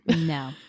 no